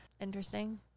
Interesting